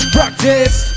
Practice